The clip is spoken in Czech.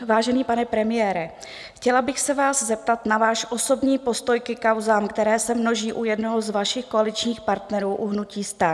Vážený pane premiére, chtěla bych se vás zeptat na váš osobní postoj ke kauzám, které se množí u jednoho z vašich koaličních partnerů, u hnutí STAN.